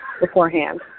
beforehand